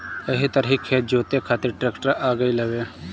एही तरही खेत जोते खातिर ट्रेक्टर आ गईल हवे